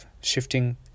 shifting